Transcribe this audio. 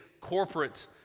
corporate